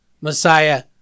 Messiah